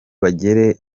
bagere